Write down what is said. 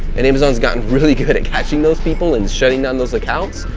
and amazon's gotten really good at catching those people and shutting down those accounts.